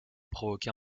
provoqua